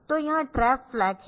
तो यह trap flag है